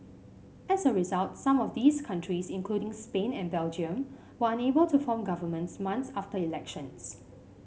as a result some of these countries including Spain and Belgium were unable to form governments months after elections